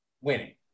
winning